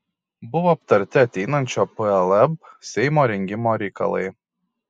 buvo aptarti ateinančio plb seimo rengimo reikalai